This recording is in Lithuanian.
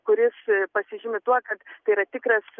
kuris pasižymi tuo kad tai yra tikras